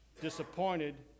Disappointed